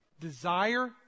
desire